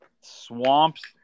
swamps